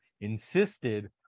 insisted